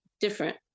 different